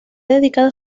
dedicado